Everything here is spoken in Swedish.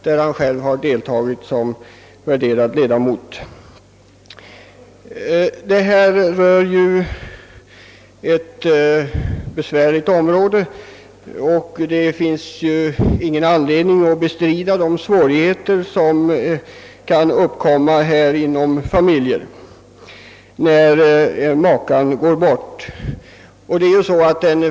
Frågan om = efterlevnadsskydd = utöver AFA tillhör de besvärliga, och det finns ingen anledning bestrida de svårigheter som kan uppkomma inom en familj, när makan går bort.